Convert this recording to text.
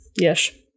Yes